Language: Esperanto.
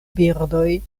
birdoj